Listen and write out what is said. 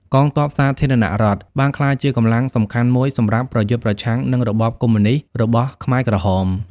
កងទ័ពសាធារណរដ្ឋបានក្លាយជាកម្លាំងសំខាន់មួយសម្រាប់ប្រយុទ្ធប្រឆាំងនឹងរបបកុម្មុយនិស្តរបស់ខ្មែរក្រហម។